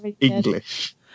English